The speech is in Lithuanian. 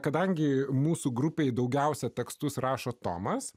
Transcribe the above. kadangi mūsų grupei daugiausiai tekstus rašo tomas